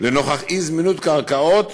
לנוכח אי-זמינות קרקעות